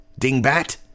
dingbat